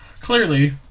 clearly